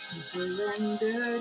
surrender